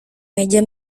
meja